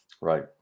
Right